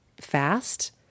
fast